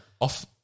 Off